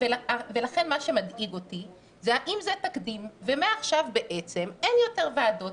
מה שמדאיג אותי זה האם זה תקדים ומעכשיו בעצם אין יותר ועדות,